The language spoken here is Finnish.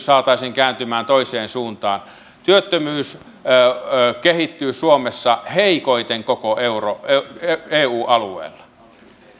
saataisiin kääntymään toiseen suuntaan työttömyys kehittyy suomessa heikoiten koko eu alueella